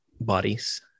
bodies